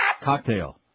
cocktail